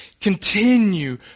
Continue